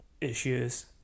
issues